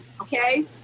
okay